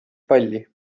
palli